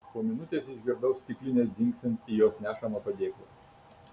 po minutės išgirdau stiklines dzingsint į jos nešamą padėklą